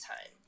time